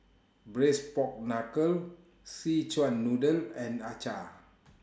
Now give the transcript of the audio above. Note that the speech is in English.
Braised Pork Knuckle Szechuan Noodle and Acar